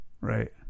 right